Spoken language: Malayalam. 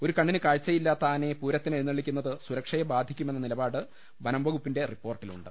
ഒരു കണ്ണിന് കാഴ്ച്ചയില്ലാത്ത ആനയെ പൂരത്തിന് എഴുന്നള്ളിക്കുന്നത് സുരക്ഷയെ ബാധിക്കു മെന്ന നിലപാട് വനംവകുപ്പിന്റെ റിപ്പോർട്ടിലുണ്ട്